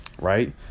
Right